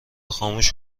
خاموش